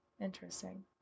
Interesting